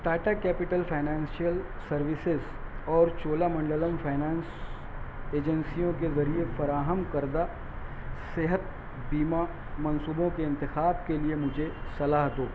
Tata Capital Financial Services اور Cholamandalam Finance ایجنسیوں کے ذریعہ فراہم کردہ صحت بیمہ منصوبوں کے انتخاب کے لیے مجھے صلاح دو